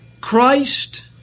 Christ